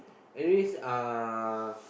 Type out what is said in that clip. anyways uh